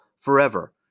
forever